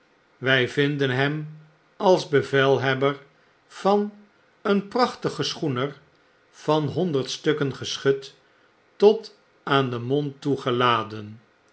wij vinden hem als bevelhebber van een prachtigen schoener van honderd stukken geschut tot aan den mond